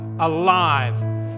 Alive